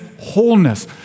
wholeness